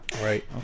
Right